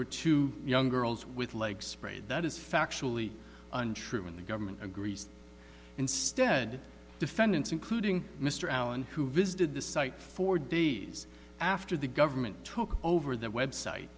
were two young girls with legs spread that is factually untrue and the government agrees instead defendants including mr allen who visited the site four days after the government took over that website